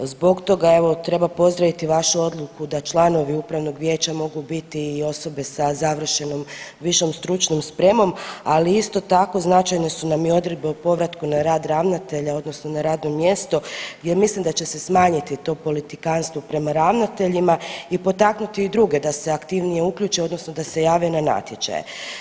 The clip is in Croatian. Zbog toga evo treba pozdraviti vašu odluku da članovi upravnog vijeća mogu biti i osobe sa završenom višom stručnom spremom, ali isto tako značajne su nam i odredbe o povratku na rad ravnatelja, odnosno na radno mjesto jer mislim da će se smanjiti to politikanstvo prema ravnateljima i potaknuti i druge da se aktivnije uključe, odnosno da se jave na natječaje.